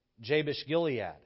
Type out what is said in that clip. Jabesh-Gilead